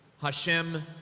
Hashem